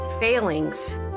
failings